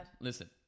Listen